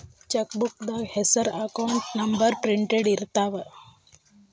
ಚೆಕ್ಬೂಕ್ದಾಗ ಹೆಸರ account number printed ಇರ್ತಾವ